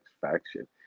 faction